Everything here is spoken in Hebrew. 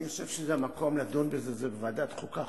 אני חושב שהמקום לדון בזה הוא ועדת החוקה,